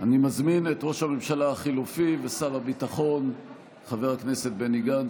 אני מזמין את ראש הממשלה החלופי ושר הביטחון חבר הכנסת בני גנץ.